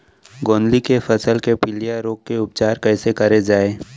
गोंदली के फसल के पिलिया रोग के उपचार कइसे करे जाये?